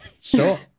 Sure